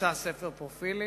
שאימצה ספר פרופילים.